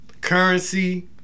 Currency